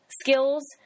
skills